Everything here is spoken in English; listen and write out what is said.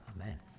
Amen